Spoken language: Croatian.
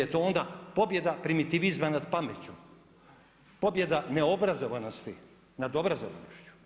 Jer je to onda pobjeda primitivizma nad pameću, pobjeda neobrazovanosti nad obrazovanošću.